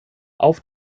auf